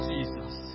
Jesus